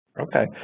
Okay